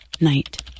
night